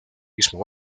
mismo